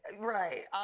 Right